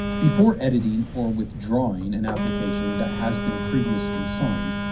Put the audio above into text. before editing or withdrawing an application that has been previously signed,